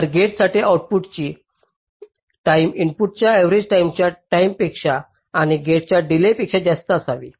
तर गेटसाठी आउटपुटची टाईम इनपुटच्या अर्रेवाल टाईमेच्या टाईमेपेक्षा आणि गेटच्या डीलेय पेक्षा जास्त असावी